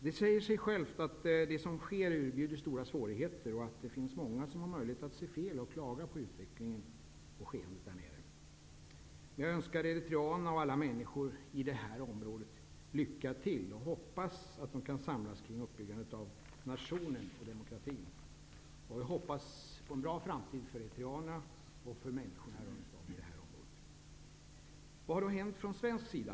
Det säger sig självt att det som sker erbjuder stora svårigheter och att det finns många som har möjlighet att se felen och att klaga på utvecklingen, skeendet, där nere. Men jag önskar eritreanerna och alla andra människor i det här området lycka till. Jag hoppas att de kan samlas kring uppbyggandet av nationen och demokratin. Dessutom hoppas jag på en bra framtid för eritreanerna och för människorna i det aktuella området. Vad har då gjorts från svensk sida?